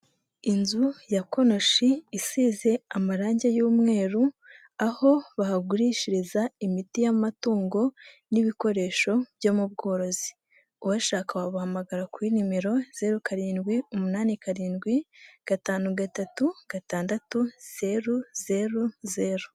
Inzu ya konoshi isize amarange y'umweru, aho bahagurishiriza imiti y'amatungo n'ibikoresho byo mu bworozi. Ubashaka wababahamagara kuri nimero zeru karindwi umunani karindwi, gatanu gatatu, gatandatu, zeru, zeru, zeru.